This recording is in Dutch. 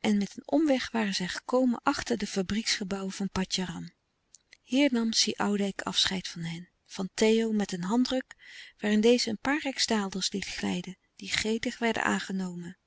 en met een omweg waren zij gekomen achter de fabrieksgebouwen van patjaram hier nam si oudijck afscheid van hen van theo met een handdruk waarin deze een paar rijksdaalders liet glijden die gretig werden aangenomen